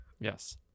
Yes